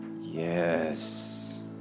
Yes